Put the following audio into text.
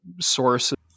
sources